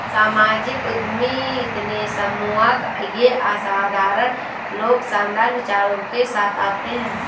सामाजिक उद्यमी इतने सम्मोहक ये असाधारण लोग शानदार विचारों के साथ आते है